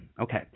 Okay